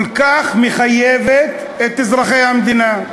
כל כך מחייבת את אזרחי המדינה,